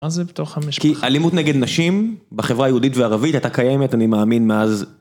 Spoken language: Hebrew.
כי אלימות נגד נשים בחברה היהודית וערבית הייתה קיימת אני מאמין מאז